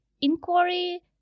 inquiry